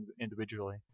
individually